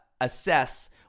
assess